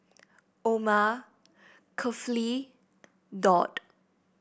Omar Kefli Daud